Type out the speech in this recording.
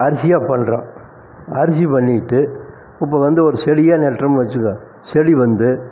அரிசியாக பண்ணுறோம் அரிசி பண்ணிவிட்டு இப்போ வந்து ஒரு செடியை நடுறோம்னு வச்சுக்க செடி வந்து